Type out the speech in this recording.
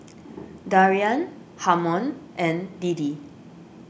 Darian Harmon and Deedee